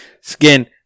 skin